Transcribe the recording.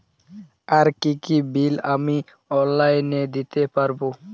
আর কি কি বিল আমি অনলাইনে দিতে পারবো?